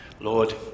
Lord